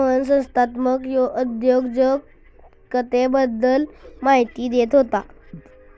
मोहन संस्थात्मक उद्योजकतेबद्दल माहिती देत होता